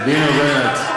ביני ובינק,